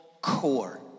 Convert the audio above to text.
core